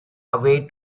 away